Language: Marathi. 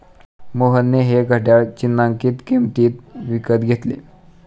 मोहनने हे घड्याळ चिन्हांकित किंमतीत विकत घेतले